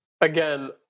again